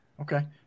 Okay